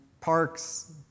parks